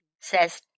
says